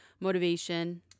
motivation